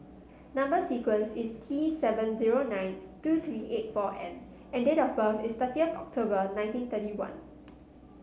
number sequence is T seven zero nine two three eight four M and date of birth is thirty of October nineteen thirty one